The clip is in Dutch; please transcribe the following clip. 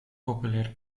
populair